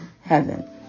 heaven